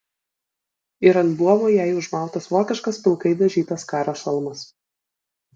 ir ant buomo jai užmautas vokiškas pilkai dažytas karo šalmas